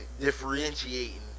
differentiating